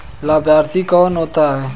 लाभार्थी कौन होता है?